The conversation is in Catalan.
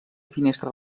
finestra